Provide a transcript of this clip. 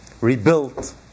rebuilt